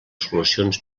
solucions